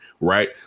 right